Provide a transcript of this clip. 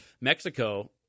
Mexico